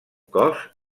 cos